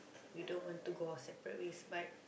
we don't want to go our separate ways but